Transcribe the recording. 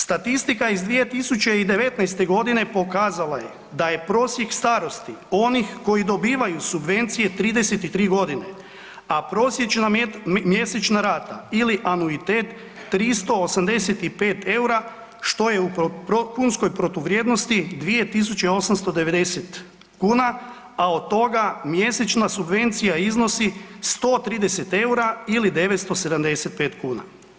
Statistika iz 2019. g. pokazala je da je prosjek starosti onih koji dobivaju subvencije 33 godine, a prosječna mjesečna rata ili anuitet 385 eura, što je kunskoj protuvrijednosti 2890 kuna, a od toga mjesečna subvencija iznosi 130 eura ili 975 kuna.